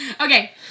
Okay